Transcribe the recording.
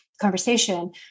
conversation